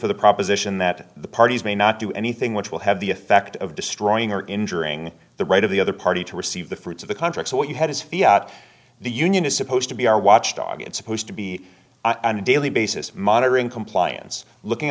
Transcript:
for the proposition that the parties may not do anything which will have the effect of destroying or injuring the right of the other party to receive the fruits of the contract so what you had is fee the union is supposed to be our watchdog it's supposed to be an a daily basis monitoring compliance looking